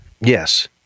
yes